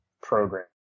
program